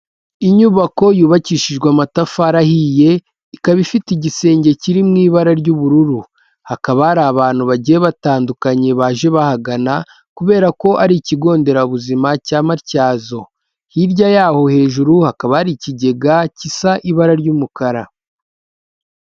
Inyubako yubakishijwe amatafari ahiye, ikaba ifite igisenge kiri mu ibara ry'ubururu. Hakaba hari abantu bagiye batandukanye baje bahagana, kubera ko ari ikigo nderabuzima cya Matyazo. Hirya yaho hejuru hakaba hari ikigega gisa ibara ry'umukara.